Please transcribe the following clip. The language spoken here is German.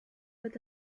wird